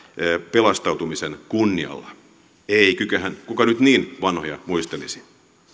pelastautumisen kunnialla ei kuka nyt niin vanhoja muistelisi